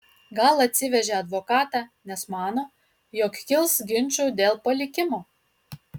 gal atsivežė advokatą nes mano jog kils ginčų dėl palikimo